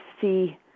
see